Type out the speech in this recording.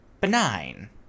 benign